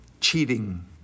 cheating